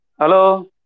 hello